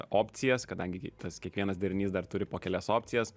opcijas kadangi tas kiekvienas derinys dar turi po kelias opcijas